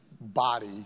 body